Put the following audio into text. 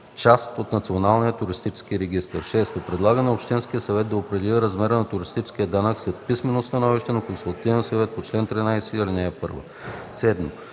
част от Националния туристически регистър; 6. предлага на общинския съвет да определи размера на туристическия данък след писмено становище на консултативния съвет по чл. 13, ал. 1;